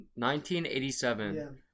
1987